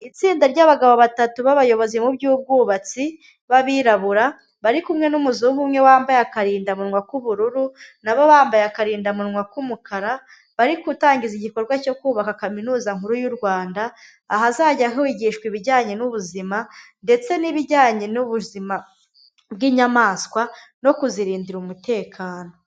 Itsinda ry'abagabo batatu b'abayobozi mu by'ubwubatsi b'abirabura, bari kumwe n'umuzungu umwe wambaye akarindadamuwa k'ubururu, nabo bambaye akarindamunwa k'umukara, bari gutangiza igikorwa cyo kubaka kaminuza nkuru y'u Rwanda, ahazajya higishwa ibijyanye n'ubuzima ndetse n'ibijyanye n'ubuzima bw'inyamaswa no kuzirindira umutekano.